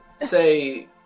say